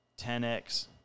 10x